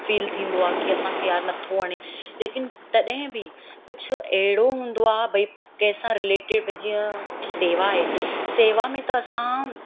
feel थींदो आहे की असांखे यार नथो वणे लेकिन तॾहिं बि कुझु अहिड़ो हूंदो आहे भई कंहिं सां रिलेटेड भई जीअं शेवा आहे शेवा में त असां